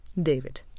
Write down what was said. David